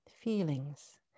feelings